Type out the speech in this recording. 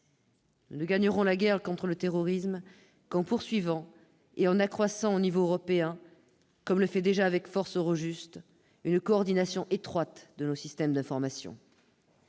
Nous ne gagnerons la guerre contre le terrorisme qu'en poursuivant et en accroissant au niveau européen, comme le fait déjà avec force Eurojust, une coordination étroite de nos systèmes d'information.